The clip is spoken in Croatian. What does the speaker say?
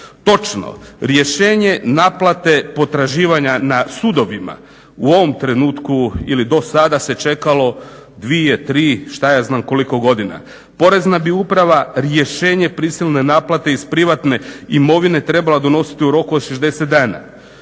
Točno, rješenje naplate potraživanja na sudovima u ovom trenutku ili dosada se čekalo dvije, tri što ja znam koliko godina. Porezna bi uprava rješenje prisilne naplate iz privatne imovine trebala donositi u roku od 60 dana.